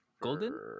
Golden